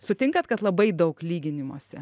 sutinkat kad labai daug lyginimosi